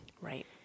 Right